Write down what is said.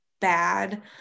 bad